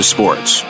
Sports